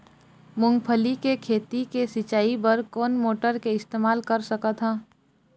मूंगफली के खेती के सिचाई बर कोन मोटर के इस्तेमाल कर सकत ह?